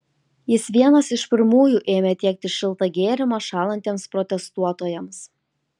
jis vienas iš pirmųjų ėmė tiekti šiltą gėrimą šąlantiems protestuotojams